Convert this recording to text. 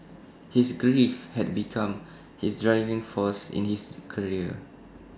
his grief had become his driving force in his career